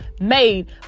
made